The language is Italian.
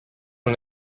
non